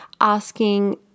asking